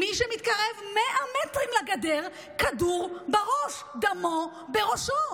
מי שמתקרב 100 מטרים לגדר, כדור בראש, דמו בראשו.